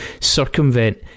circumvent